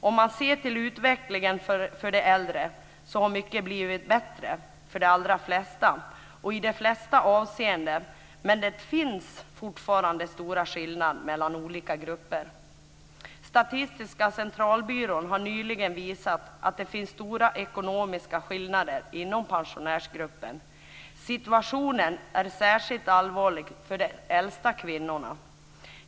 När man ser till utvecklingen för de äldre kan man konstatera att mycket har blivit bättre för de allra flesta och i de flesta avseenden, men det finns fortfarande stora skillnader mellan olika grupper. Statistiska centralbyrån har nyligen visat att det finns stora ekonomiska skillnader inom pensionärsgrupper. Situationen är särskilt allvarlig för de äldsta kvinnorna.